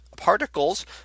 particles